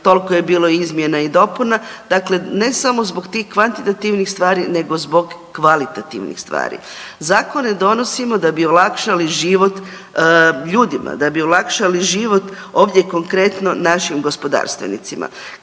toliko je bilo izmjena i dopuna, dakle ne samo zbog tih kvantitativnih stvari nego zbog kvalitativnih stvari. Zakone donosimo da bi olakšali život ljudima, da bi olakšali život ovdje konkretno našim gospodarstvenicima.